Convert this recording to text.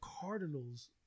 Cardinals